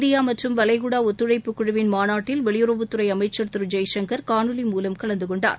India மற்றும் வளைகுடா ஒத்துழைப்பு குழுவின் மாநாட்டில் வெளியுறவுத் துறை அமைச்சர் திரு ஜெய்சங்கர் காணொலி மூலம் கலந்து கொண்டார்